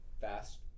Fast